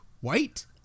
White